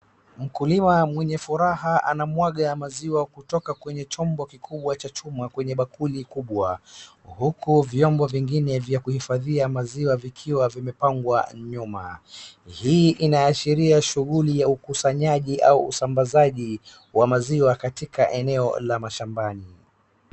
Mkulima mwenye furaha anamwaga maziwa kutoka kwenye chombo kikubwa cha chuma kwenye bakuli kubwa, huku vyombo vingine vya kuhifadhia maziwa vikiwa vimepangwa nyuma. Hii inaashiria shughuli ya ukusanyaji au usambazaji wa maziwa katika eneo fulani.